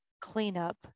cleanup